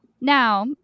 now